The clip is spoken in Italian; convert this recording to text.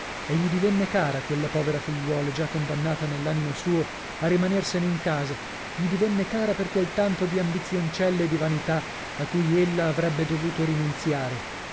e gli divenne cara quella povera figliuola già condannata nell'animo suo a rimanersene in casa gli divenne cara per quel tanto di ambizioncelle e di vanità a cui ella avrebbe dovuto rinunziare